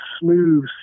smooth